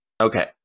Okay